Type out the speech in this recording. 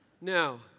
Now